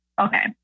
Okay